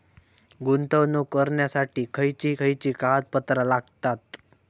गुंतवणूक करण्यासाठी खयची खयची कागदपत्रा लागतात?